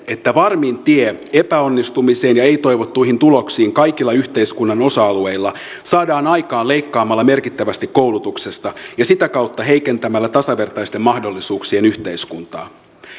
että varmin tie epäonnistumiseen ja ei toivottuihin tuloksiin kaikilla yhteiskunnan osa alueilla saadaan aikaan leikkaamalla merkittävästi koulutuksesta ja sitä kautta heikentämällä tasavertaisten mahdollisuuksien yhteiskuntaa